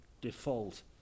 default